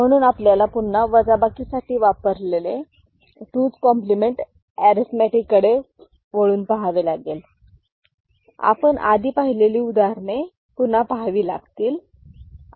म्हणून आपल्याला पुन्हा वजाबाकी साठी वापरलेले 2s कॉम्प्लिमेंट अरिथमॅटिक कडे वळून पहावे लागेल आपण आधी पाहिलेली उदाहरणे पहावे लागतील